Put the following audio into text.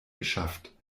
geschafft